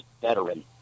veteran